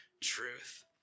truth